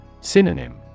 Synonym